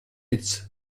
its